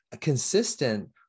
consistent